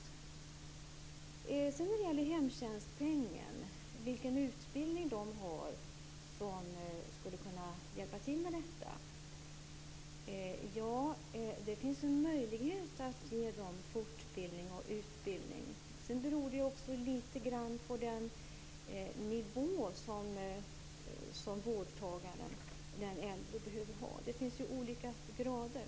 När det sedan gäller hemtjänstpengen finns det en möjlighet att ge personalen fortbildning och utbildning. Sedan beror utbildningsnivån litet grand på vilket behov vårdtagaren, den äldre, har. Det finns ju olika grader.